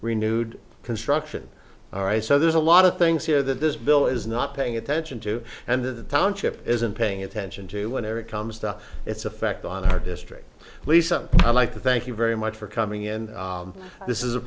renewed construction all right so there's a lot of things here that this bill is not paying attention to and the township isn't paying attention to whenever it comes to its effect on our district lisa i'd like to thank you very much for coming in this is a